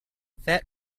fat